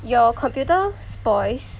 your computer spoils